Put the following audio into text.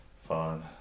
fun